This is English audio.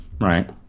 right